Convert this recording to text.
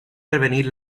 prevenir